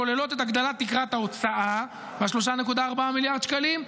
כוללות את הגדלת תקרת ההוצאה מ-3.4 מיליארד השקלים,